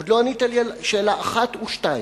עוד לא ענית לי על שאלה 1 ו-2.